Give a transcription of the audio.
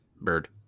bird